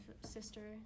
sister